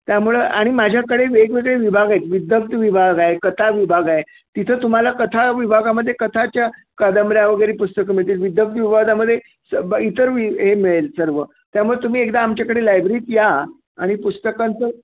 त्यामुळं आणि माझ्याकडे वेगवेगळे विभाग आहेत विभाग आहे कथा विभाग आहे तिथं तुम्हाला कथा विभागामध्ये कथाच्या कादंबऱ्या वगैरे पुस्तकं मिळतील विभागामध्ये इतर वि हे मिळेल सर्व त्यामुळे तुम्ही एकदा आमच्याकडे लायब्ररीत या आणि पुस्तकांचं